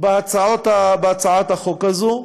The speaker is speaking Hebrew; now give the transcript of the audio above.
בהצעת החוק הזאת,